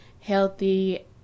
healthy